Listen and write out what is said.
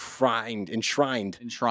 Enshrined